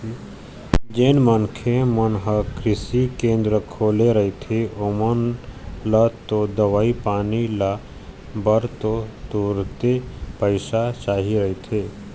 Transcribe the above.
जेन मनखे मन ह कृषि केंद्र खोले रहिथे ओमन ल तो दवई पानी लाय बर तो तुरते पइसा चाही रहिथे